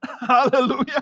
Hallelujah